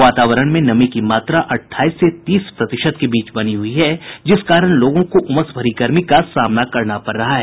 वातावारण में नमी की मात्रा अठाईस से तीस प्रतिशत के बीच बनी हुई है जिस कारण लोगों को उमस भरी गर्मी का सामना करना पड़ रहा है